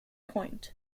point